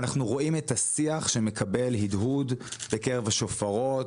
אנחנו רואים את השיח שמקבל הדהוד בקרב השופרות,